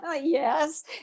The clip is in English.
Yes